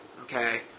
Okay